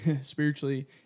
spiritually